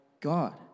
God